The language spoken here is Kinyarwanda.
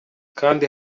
kanda